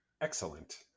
Excellent